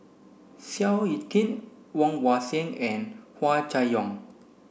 Seow Yit Kin Woon Wah Siang and Hua Chai Yong